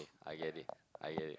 I get it I get it